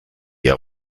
her